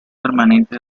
permanente